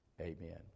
amen